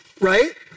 right